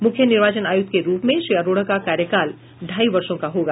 मुख्य निर्वाचन आयुक्त के रूप में श्री अरोड़ा का कार्यकाल ढाई वर्षो का होगा